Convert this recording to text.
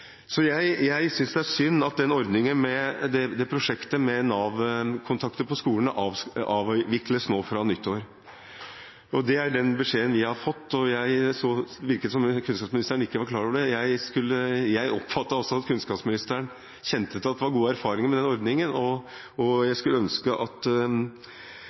er synd at prosjektet med Nav-kontakter på skolen avvikles nå fra nyttår. Det er den beskjeden vi har fått. Det virket som om kunnskapsministeren ikke var klar over det. Jeg oppfattet også at kunnskapsministeren kjente til at det var gode erfaringer med den ordningen, og jeg skulle be kunnskapsministeren om regjeringen kan se nærmere på erfaringene med det prosjektet, og